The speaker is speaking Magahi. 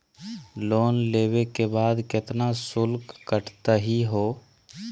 लोन लेवे के बाद केतना शुल्क कटतही हो?